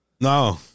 No